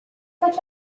such